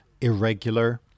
irregular